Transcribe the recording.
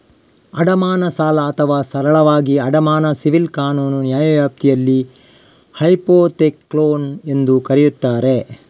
ಅಡಮಾನ ಸಾಲ ಅಥವಾ ಸರಳವಾಗಿ ಅಡಮಾನ ಸಿವಿಲ್ ಕಾನೂನು ನ್ಯಾಯವ್ಯಾಪ್ತಿಯಲ್ಲಿ ಹೈಪೋಥೆಕ್ಲೋನ್ ಎಂದೂ ಕರೆಯುತ್ತಾರೆ